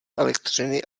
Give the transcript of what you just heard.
elektřiny